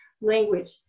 Language